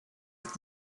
ist